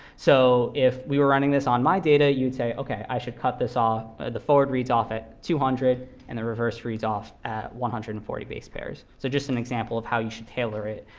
so if we were running this on my data, you'd say, ok, i should cut ah the forward reads off at two hundred, and the reverse reads off at one hundred and forty base pairs. so just an example of how you should tailor it,